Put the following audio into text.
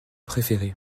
préféré